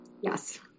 Yes